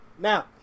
Now